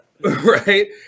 right